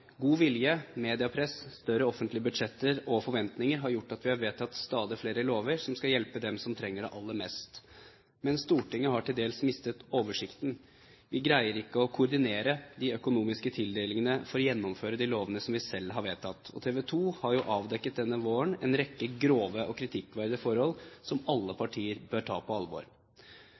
God vilje, mediepress, større offentlige budsjetter og forventninger har gjort at vi har vedtatt stadig flere lover som skal hjelpe dem som trenger det aller mest. Men Stortinget har til dels mistet oversikten. Vi greier ikke å koordinere de økonomiske tildelingene for å gjennomføre de lovene som vi selv har vedtatt. TV 2 har denne våren avdekket en rekke grove og kritikkverdige forhold, som alle partier bør ta på alvor.